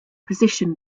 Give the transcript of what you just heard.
position